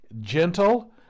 gentle